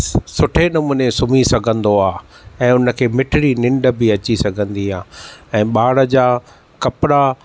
सुठे नमूने सुम्हीं सघंदो आहे ऐं हुनखे मिठिड़ी निंड बि अची सघंदी आहे ऐं ॿार जा कपिड़ा